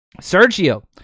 Sergio